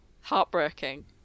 heartbreaking